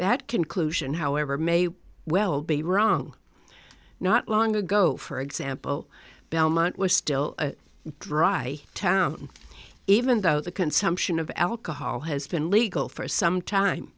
that conclusion however may well be wrong not long ago for example belmont was still a dry town even though the consumption of alcohol has been legal for some time